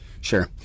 Sure